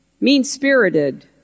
mean-spirited